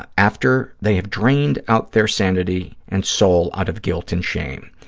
ah after they had drained out their sanity and soul out of guilt and shame,